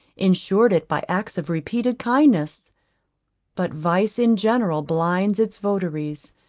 ensured it by acts of repeated kindness but vice in general blinds its votaries,